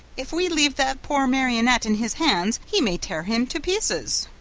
if we leave that poor marionette in his hands he may tear him to pieces!